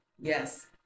Yes